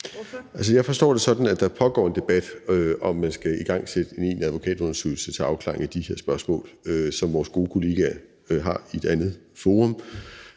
jeg forstår det sådan, at der pågår en debat om, om man skal igangsætte en egentlig advokatundersøgelse til afklaring af de her spørgsmål; en debat, som vores gode kollegaer har i et andet forum.